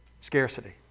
Scarcity